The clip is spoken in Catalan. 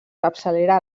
capçalera